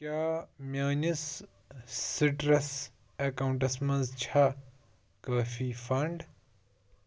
کیٛاہ میٛٲنِس citrus accounts منٛز چھا کٲفی فنٛڈ